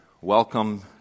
welcome